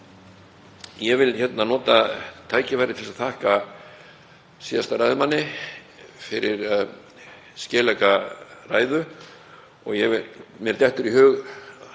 Ég vil nota tækifærið til að þakka síðasta ræðumanni fyrir skelegga ræðu. Mér dettur í hug